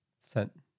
sent